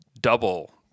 double